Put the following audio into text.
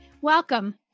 Welcome